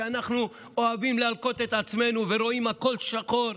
שבה אנחנו אוהבים להלקות את עצמנו ורואים הכול שחור,